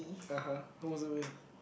(uh huh) who was it with